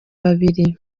babiri